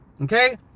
okay